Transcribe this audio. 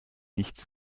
nichts